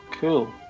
Cool